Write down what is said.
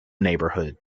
neighborhood